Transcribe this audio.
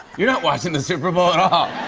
you're not watching the super bowl and